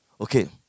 okay